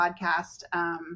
podcast